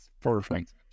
Perfect